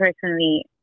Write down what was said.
personally